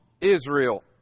Israel